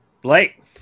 Blake